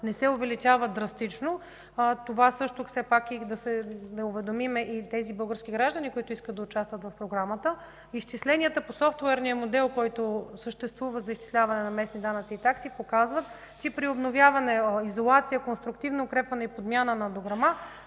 не се увеличава драстично. Казвам това, за да уведомим онези български граждани, които искат да участват в програмата. Изчисленията по съществуващия софтуерен модел за изчисляване на местни данъци и такси показват, че при обновяване, изолация, конструктивно укрепване и подмяна на дограма